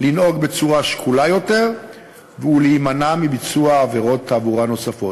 לנהוג בצורה שקולה יותר ולהימנע מביצוע עבירות תעבורה נוספות.